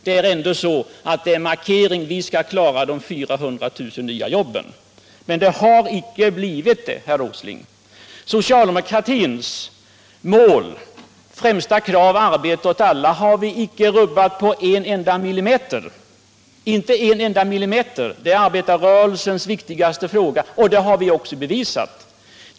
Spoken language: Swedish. Det är ändå så att det är en markering: Vi skall klara de 400 000 nya jobben. Men det har icke blivit så, herr Åsling! Socialdemokratins mål och främsta krav, arbete åt alla, har vi icke rubbat på en enda millimeter. Det är arbetarrörelsens viktigaste fråga, och det har vi också bevisat.